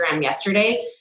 yesterday